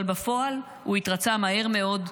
אבל בפועל הוא התרצה מהר מאוד.